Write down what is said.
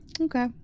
okay